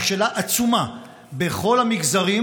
שתי נקודות: יש לנו מכשלה עצומה בכל המגזרים,